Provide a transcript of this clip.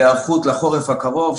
להיערכות לחורף הקרוב,